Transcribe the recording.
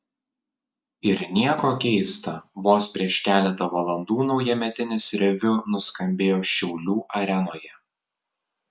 ir nieko keista vos prieš keletą valandų naujametinis reviu nuskambėjo šiaulių arenoje